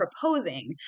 proposing